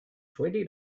twenty